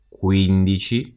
quindici